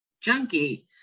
junkie